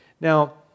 Now